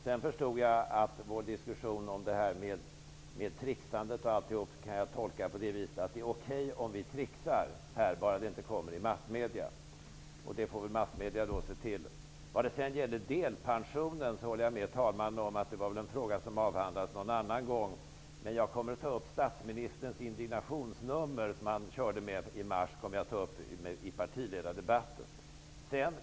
Sedan förstod jag att vår diskussion om tricksandet och allt det andra kan jag tolka på så sätt, att det är okej om vi tricksar här i riksdagen, bara det inte kommer i massmedierna. Det får väl massmedierna se till. När det gäller delpensionen håller jag med talmannen om att det var en fråga som avhandlades någon annan gång. Jag kommer att ta upp statsministern indignationsnummer från i mars i partiledardebatten.